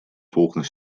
volgden